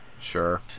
Sure